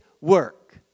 work